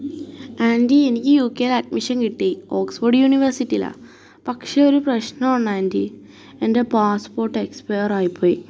aunty എനിക്ക് യു ക്കേലഡ്മിഷൻ കിട്ടി ഓക്സ്ഫോഡ് യൂണിവേഴ്സിറ്റിയിലാണ് പക്ഷെ ഒരു പ്രശനമുണ്ടാൻറ്റീ എന്റെ പാസ്പ്പോട്ടെക്സ്പ്പെയറായിപ്പോയി